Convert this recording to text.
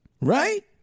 right